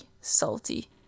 salty